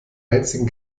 einzigen